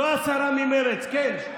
זו השרה ממרצ, כן.